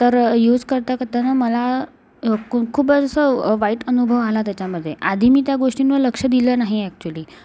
तर यूज करता करता ना मला खूप असं वाईट अनुभव आला त्याच्यामध्ये आधी मी त्या गोष्टींवर लक्ष दिलं नाही ॲक्च्युली